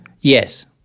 Yes